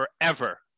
forever